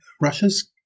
Russia's